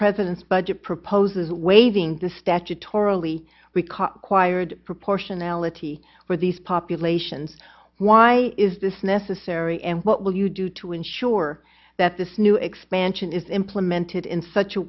president's budget proposes waiving the statutorily we call quired proportionality where these populations why is this necessary and what will you do to ensure that this new expansion is implemented in such a